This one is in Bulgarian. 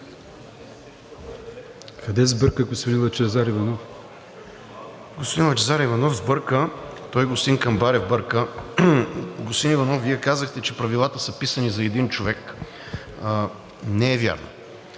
Къде сбърка господин Лъчезар Иванов?